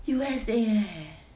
U_S_A leh